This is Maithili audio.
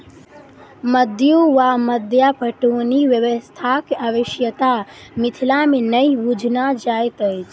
मद्दु वा मद्दा पटौनी व्यवस्थाक आवश्यता मिथिला मे नहि बुझना जाइत अछि